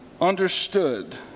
understood